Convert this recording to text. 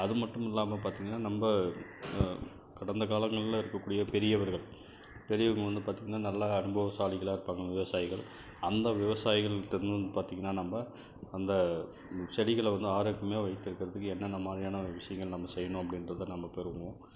அதுமட்டுமில்லாமல் பார்த்தீங்கன்னா நம்ம கடந்த காலங்களில் இருக்கக்கூடிய பெரியவர்கள் பெரியவர்கள் வந்து பார்த்தீங்கன்னா நல்லா அனுபவசாலிகளாக இருப்பாங்க விவசாயிகள் அந்த விவசாயிகள்கிட்டேந்து பார்த்தீங்கன்னா நம்ம அந்த செடிகளை வந்து ஆரோக்கியமாக வைத்திருக்குறதுக்கு என்னென்ன மாதிரியான விஷயங்கள் நம்ம செய்யணும் அப்படீன்றது நம்ம பெறுவோம்